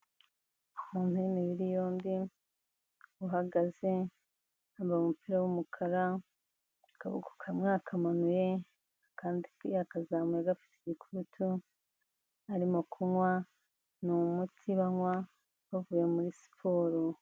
Umuntu w'imibiri yombi, uhagaze, wambaye umupira w'umukara, akaboko kamwe yakamanuye, akandi yakazamuye gafite igikurutu, arimo kunywa, ni umuti banywa bavuye muri siporo.